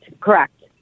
correct